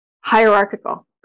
hierarchical